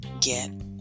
Get